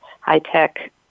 high-tech